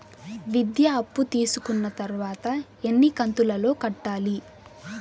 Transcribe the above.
విద్య అప్పు తీసుకున్న తర్వాత ఎన్ని కంతుల లో కట్టాలి?